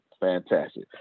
Fantastic